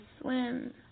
swim